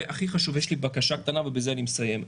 והכי חשוב, יש לי בקשה קטנה ובזה אני מסיים.